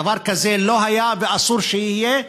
דבר כזה לא היה ואסור שיהיה.